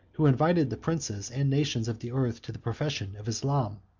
who invited the princes and nations of the earth to the profession of islam.